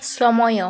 ସମୟ